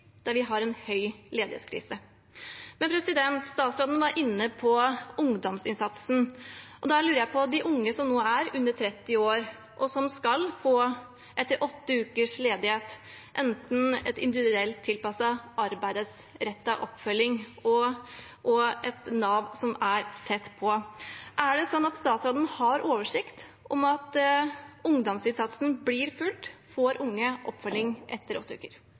der vi har en stor ledighetskrise. Statsråden var inne på ungdomsinnsatsen, og da lurer jeg på: Når det gjelder de unge som er under 30 år, og som etter åtte ukers ledighet skal få individuelt tilpasset arbeidsrettet oppfølging og et Nav som er tett på, er det sånn at statsråden har oversikt over at ungdomsinnsatsen blir fulgt opp? Får unge oppfølging etter åtte uker?